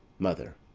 mother.